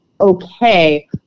okay